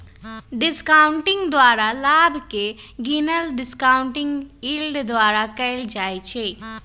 discounting द्वारा लाभ के गिनल डिस्काउंटिंग यील्ड द्वारा कएल जाइ छइ